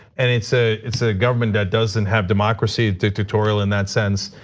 and it's ah it's a government that doesn't have democracy dictatorial in that sense.